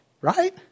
right